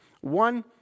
One